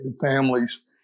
families